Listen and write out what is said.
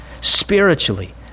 spiritually